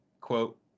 quote